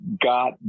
got